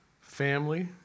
family